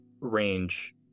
range